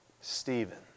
Stephen